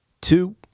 two